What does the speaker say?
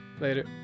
Later